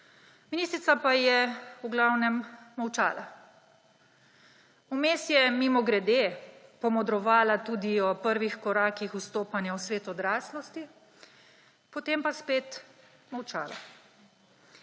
Ministrica pa je v glavnem molčala. Vmes je mimogrede pomodrovala tudi o prvih korakih vstopanja v svet odraslosti, potem pa spet molčala.